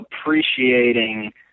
appreciating